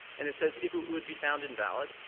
and it says if it would be found invalid,